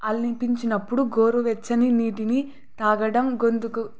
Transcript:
అనిపించినప్పుడు గోరువవెచ్చని నీటిని తాగడం గొంతుకు